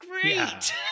Great